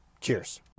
Cheers